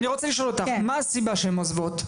אני רוצה לשאול אותך, מה הסיבה שהן עוזבות?